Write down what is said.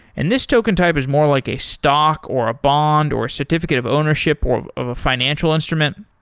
and this token type is more like a stock, or a bond, or a certificate of ownership, or of of a financial instrument.